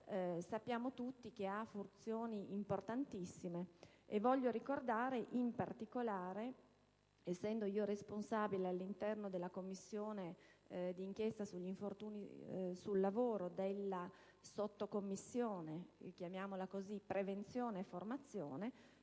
del lavoro ha funzioni importantissime. Voglio ricordare in particolare, essendo responsabile, all'interno della Commissione d'inchiesta sugli infortuni sul lavoro, della Sottocommissione prevenzione e formazione,